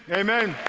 amen.